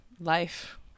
life